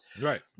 Right